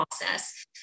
process